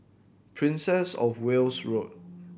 Princess Of Wales Road